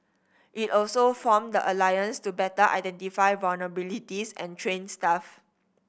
it also formed the alliance to better identify vulnerabilities and train staff